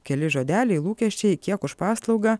keli žodeliai lūkesčiai kiek už paslaugą